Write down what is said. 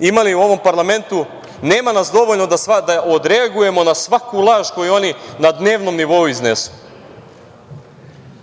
imali u ovom parlamentu nema nas dovoljno da odreagujemo na svaku laž koju oni na dnevnom nivou iznesu. Zaboli